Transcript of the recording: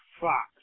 Fox